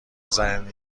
زنی